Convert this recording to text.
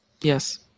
Yes